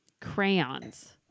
crayons